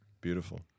Beautiful